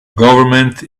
government